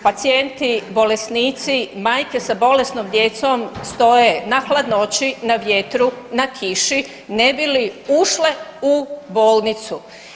Pacijenti, bolesnici, majke sa bolesnom djecom stoje na hladnoći, na vjetru, na kiši, ne bi li ušle u bolnicu.